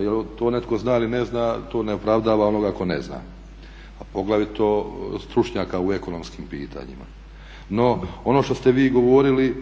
jel' to netko zna ili ne zna to ne opravdava onoga tko ne zna a poglavito stručnjaka u ekonomskim pitanjima. No, ono što ste vi govorili